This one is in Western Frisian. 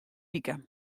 wike